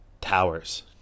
towers